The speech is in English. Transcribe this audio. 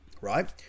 right